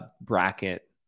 Bracket